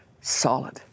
solid